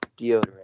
deodorant